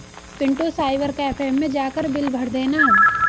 Pintu cyber cafe मैं जाकर bill भर देना